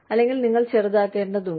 അല്ലെങ്കിൽ നിങ്ങൾ ചെറുതാക്കേണ്ടതുണ്ട്